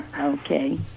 Okay